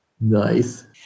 Nice